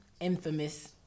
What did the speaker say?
infamous